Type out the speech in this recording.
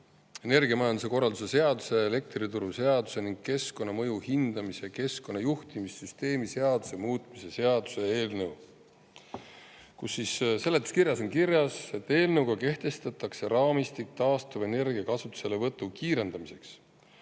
energiamajanduse korralduse seaduse, elektrituruseaduse ning keskkonnamõju hindamise ja keskkonnajuhtimissüsteemi seaduse muutmise seaduse eelnõu. Seletuskirjas on kirjas, et eelnõuga kehtestatakse raamistik taastuvenergia kasutuselevõtu kiirendamiseks.